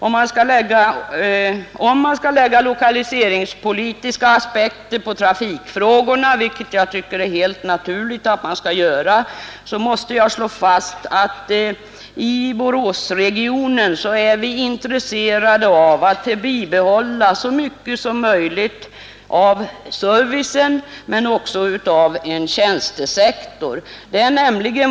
Om man skall lägga lokaliseringspolitiska aspekter på trafikfrågorna — vilket jag tycker det är helt naturligt att göra — måste jag slå fast att vi i Boråsregionen är intresserade av att bibehålla så mycket som möjligt av servicen men också av tjänstesektorn.